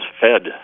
fed